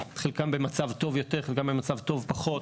חלקם במצב טוב יותר וחלקם במצב טוב פחות.